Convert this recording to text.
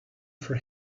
for